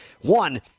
one